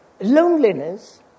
loneliness